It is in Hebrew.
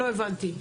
לא הבנתי.